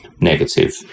negative